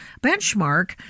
benchmark